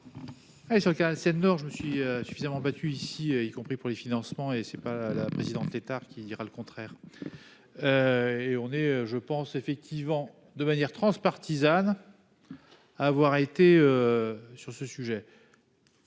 sur le canal Seine Nord, je me suis suffisamment battue ici y compris pour les financements et c'est pas la maison têtards qui dira le contraire. Et on est je pense effectivement de manière transpartisane. À avoir été. Sur ce sujet.